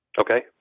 Okay